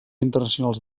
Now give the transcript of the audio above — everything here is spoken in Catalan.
internacionals